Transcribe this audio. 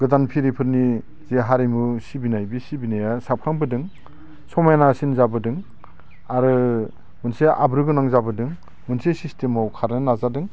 गोदान फिरि फोरनि जि हारिमु सिबिनाय बि सिबिनाया साबस्रांबोदों समायना सिन जाबोदों आरो मोनसे आब्रुगोनां जाबोदों मोनसे सिस्टेमाव खारनो नाजादों